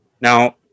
Now